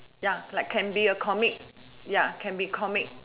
ya like can be a comic ya can be comic